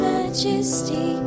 Majesty